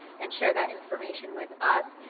and share that information with us.